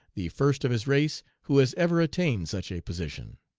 the first of his race who has ever attained such a position.